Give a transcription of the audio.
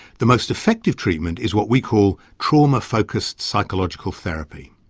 the most effective treatment is what we call trauma focussed psychological therapy.